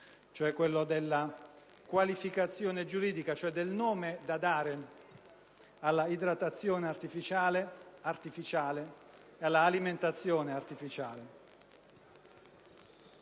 quello della qualificazione giuridica, cioè del nome da dare alla idratazione e all'alimentazione artificiali.